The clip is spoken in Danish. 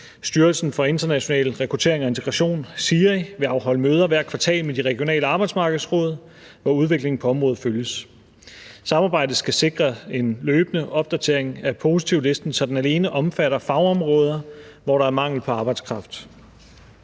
Styrelsen for International Rekruttering og Integration, SIRI, vil afholde møder hvert kvartal med de regionale arbejdsmarkedsråd, hvor udviklingen på området følges. Samarbejdet skal sikre en løbende opdatering af positivlisten, så den alene omfatter fagområder, hvor der er mangel på arbejdskraft.